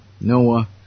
Noah